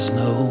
no